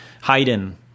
Haydn